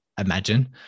imagine